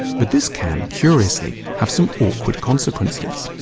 but this can curiously have some awkward consequences.